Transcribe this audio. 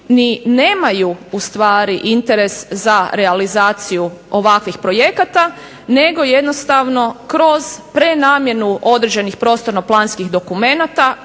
ni nemaju u stvari interes za realizaciju ovakvih projekata, nego jednostavno kroz prenamjenu određenih prostorno-planskih dokumenata